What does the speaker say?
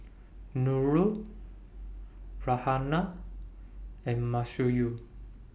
Nurul Raihana and